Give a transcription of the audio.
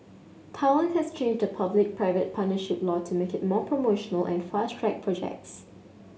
Thailand has changed the public private partnership law to make it more promotional and fast track projects